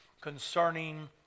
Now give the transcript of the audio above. concerning